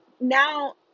now